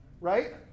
Right